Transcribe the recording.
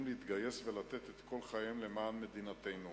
להתגייס ולתת את כל חייהם למען מדינתנו: